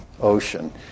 ocean